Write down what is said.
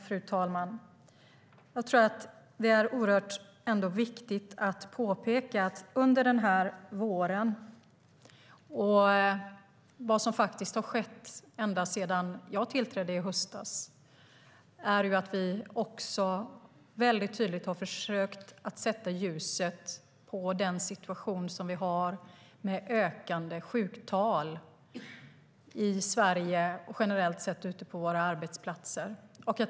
Fru talman! Jag tror att det är oerhört viktigt att påpeka att vad som har skett under den här våren, eller faktiskt ända sedan jag tillträdde i höstas, är att vi har försökt att väldigt tydligt sätta ljuset på den situation som vi har i Sverige med generellt sett ökande sjuktal ute på våra arbetsplatser.